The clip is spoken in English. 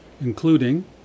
including